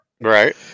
Right